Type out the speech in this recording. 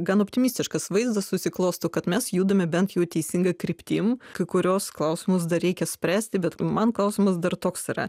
gan optimistiškas vaizdas susiklosto kad mes judame bent jau teisinga kryptim kai kurios klausimus dar reikia spręsti bet man klausimas dar toks yra